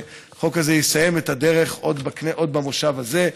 שהחוק הזה יסיים את הדרך עוד במושב הזה.